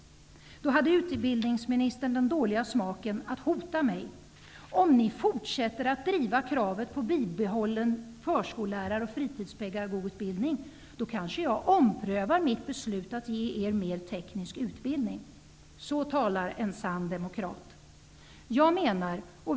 Då hade utbildningsministern den dåliga smaken att hota mig: Om ni fortsätter att driva kravet på bibehållen förskollärar och fritidspedagogutbildning kanske jag omprövar mitt beslut att ge er mer teknisk utbildning. Så talar en sann demokrat.